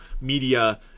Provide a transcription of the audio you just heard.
Media